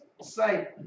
say